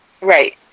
Right